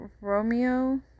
Romeo